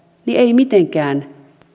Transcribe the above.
ei mitenkään